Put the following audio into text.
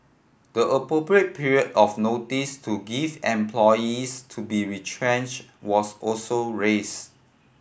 the appropriate period of notice to give employees to be retrenched was also raised